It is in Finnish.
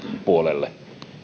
puolelle